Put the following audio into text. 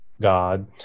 God